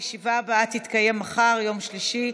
הישיבה הבאה תתקיים מחר, יום שלישי,